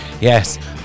Yes